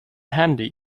handy